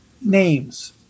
names